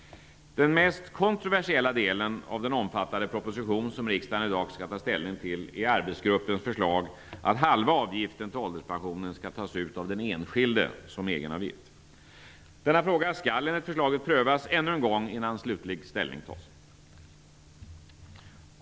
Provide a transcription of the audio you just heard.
Den mest kontroversiella delen av den omfattande proposition som riksdagen i dag skall ta ställning till är arbetsgruppens förslag att halva avgiften till ålderspensionen skall tas ut av den enskilde som egenavgift. Denna fråga skall enligt förslaget prövas ännu en gång innan slutlig ställning tas.